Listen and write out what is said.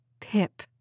Pip